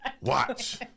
Watch